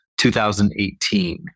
2018